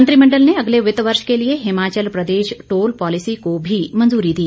मंत्रिमंडल ने अगले वित्त वर्ष के लिए हिमाचल प्रदेश टोल पॉलिसी को भी मंजूरी दी